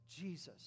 Jesus